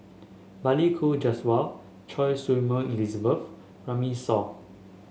Balli Kaur Jaswal Choy Su Moi Elizabeth Runme Shaw